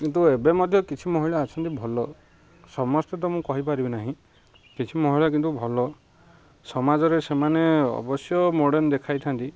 କିନ୍ତୁ ଏବେ ମଧ୍ୟ କିଛି ମହିଳା ଅଛନ୍ତି ଭଲ ସମସ୍ତେ ତ ମୁଁ କହିପାରିବି ନାହିଁ କିଛି ମହିଳା କିନ୍ତୁ ଭଲ ସମାଜରେ ସେମାନେ ଅବଶ୍ୟ ମଡ଼ର୍ଣ୍ଣ ଦେଖାଇଥାନ୍ତି